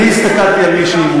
הסתכל, אני הסתכלתי על מי שימונה.